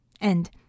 And